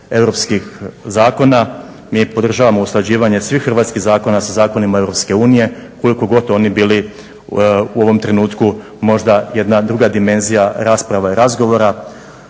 europskih zakona, mi podržavamo usklađivanje svih hrvatskih zakona sa zakonima Europske unije, koliko god oni bili u ovom trenutku možda jedna druga dimenzija rasprava i razgovora.